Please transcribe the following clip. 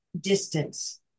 distance